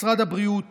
משרד הבריאות